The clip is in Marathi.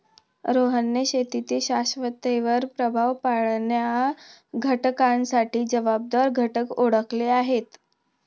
रोहनने शेतीतील शाश्वततेवर प्रभाव पाडणाऱ्या घटकांसाठी जबाबदार घटक ओळखले आहेत